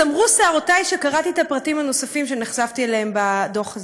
סמרו שיערותי כשקראתי את הפרטים הנוספים שנחשפתי להם בדוח הזה.